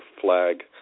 flag